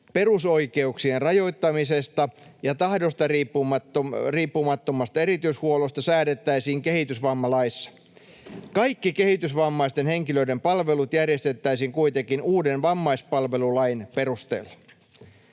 perusoikeuksien rajoittamisesta ja tahdosta riippumattomasta erityishuollosta säädettäisiin kehitysvammalaissa. Kaikki kehitysvammaisten henkilöiden palvelut järjestettäisiin kuitenkin uuden vammaispalvelulain perusteella.